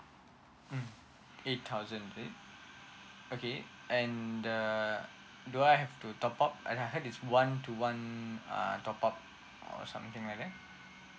mm eight thousand is it okay and uh do I have to top up and I heard is one to one um uh top up or something like that